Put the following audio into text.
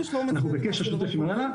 אנחנו בקשר שוטף עם ההנהלה,